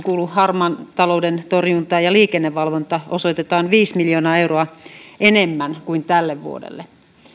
kuuluu harmaan talouden torjunta ja liikennevalvonta osoitetaan viisi miljoonaa euroa enemmän kuin tälle vuodelle